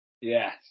Yes